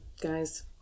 guys